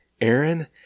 Aaron